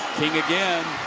king again.